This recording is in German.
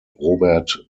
robert